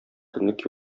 көнлек